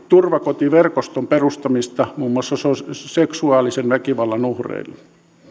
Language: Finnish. turvakotiverkoston perustamista muun muassa seksuaalisen väkivallan uhreille